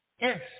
yes